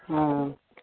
हँ